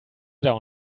down